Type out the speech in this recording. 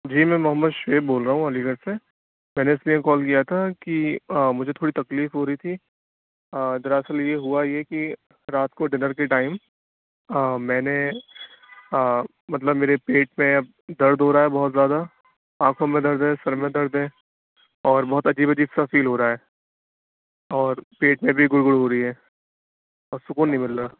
جی میں محمد شعیب بو ل رہا ہوں علیگڑھ سے میں نے اِس لیے کال کیا تھا کہ آ مجھے تھوڑی تکلیف ہو رہی تھی دراصل یہ ہُوا یہ کہ رات کو ڈنر کے ٹائم میں نے مطلب میرے پیٹ میں درد ہو رہا ہے بہت زیادہ آنکھوں میں درد ہے سر میں درد ہے اور بہت عجیب عجیب سا فیل ہو رہا ہے اور پیٹ میں بھی گُڑ گُڑ ہو رہی ہے اور سکون نہیں مل رہا ہے